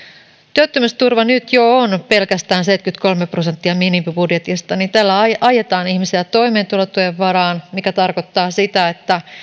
työttömyysturva nyt jo on pelkästään seitsemänkymmentäkolme prosenttia minimibudjetista niin tällä ajetaan ihmisiä toimeentulotuen varaan mikä tarkoittaa sitä että